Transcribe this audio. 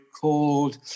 called